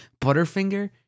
Butterfinger